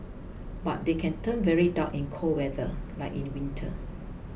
but they can turn very dark in cold weather like in winter